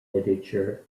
literature